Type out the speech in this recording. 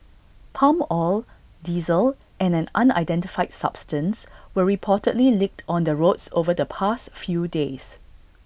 palm oil diesel and an unidentified substance were reportedly leaked on the roads over the past few days